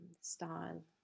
style